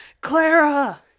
Clara